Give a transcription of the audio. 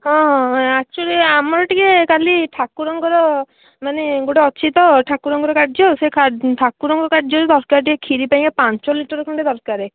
ହଁ ହଁ ଆକ୍ଚୁଆଲି ଆମର ଟିକିଏ କାଲି ଠାକୁରଙ୍କର ମାନେ ଗୋଟିଏ ଅଛି ତ ଠାକୁରଙ୍କର କାର୍ଯ୍ୟ ସେ ଠାକୁରଙ୍କର କାର୍ଯ୍ୟରେ ଦରକାର ଟିକିଏ ଖିରୀ ପାଇଁକା ପାଞ୍ଚ ଲିଟର ଖଣ୍ଡେ ଦରକାର